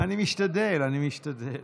אני משתדל, אני משתדל.